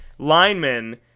linemen